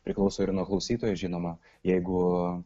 priklauso ir nuo klausytojų žinoma jeigu